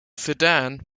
sedan